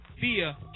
via